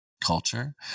culture